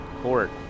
court